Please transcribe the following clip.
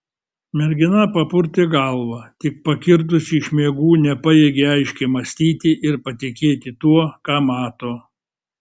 mergina papurtė galvą tik pakirdusi iš miegų nepajėgė aiškiai mąstyti ir patikėti tuo ką mato